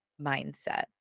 mindset